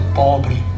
pobre